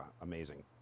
amazing